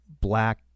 black